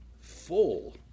full